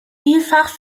vielfach